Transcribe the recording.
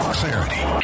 clarity